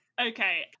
Okay